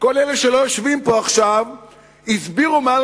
כל אלה שלא יושבים פה עכשיו הסבירו מעל